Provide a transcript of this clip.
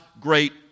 great